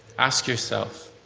ask yourself.